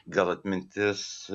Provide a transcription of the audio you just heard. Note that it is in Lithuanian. gal atmintis